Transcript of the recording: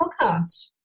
podcast